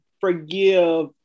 forgive